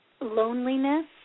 loneliness